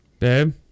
Babe